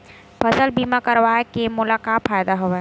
फसल बीमा करवाय के मोला का फ़ायदा हवय?